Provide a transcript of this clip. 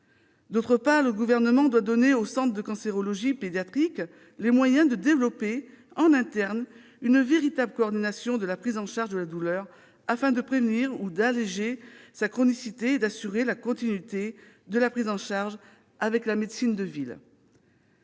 D'autre part, le Gouvernement doit donner aux centres de cancérologie pédiatrique les moyens de développer en interne une véritable coordination de la prise en charge de la douleur, afin de prévenir ou d'alléger sa chronicité et d'assurer la continuité de la prise en charge avec la médecine de ville.